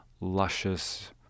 luscious